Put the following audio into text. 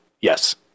Yes